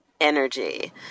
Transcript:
Energy